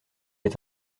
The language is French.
est